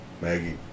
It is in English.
Maggie